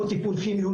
או טיפול כימי,